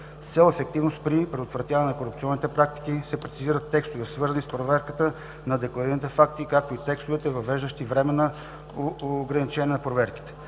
цел ефективност при предотвратяване на корупционните практики се прецизират текстове, свързани с проверката на декларираните факти, както и текстовете, въвеждащи времеви ограничения на проверките.